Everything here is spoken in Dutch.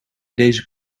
deze